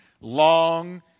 long